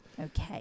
Okay